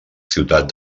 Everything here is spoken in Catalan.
ciutat